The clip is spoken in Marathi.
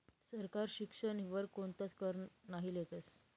सरकार शिक्षण वर कोणताच कर नही लेतस